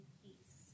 peace